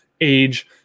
age